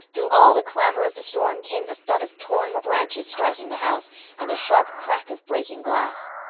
through all the clamor of the storm came the thud of torn branches striking the house and the sharp crack of breaking glass.